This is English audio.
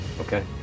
Okay